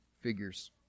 figures